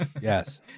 Yes